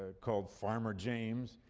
ah called farmer james.